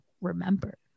remember